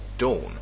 dawn